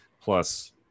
Plus